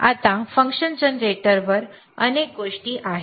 आता फंक्शन जनरेटरवर अनेक गोष्टी आहेत